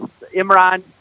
Imran